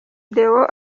deo